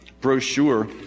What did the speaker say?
brochure